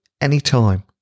Anytime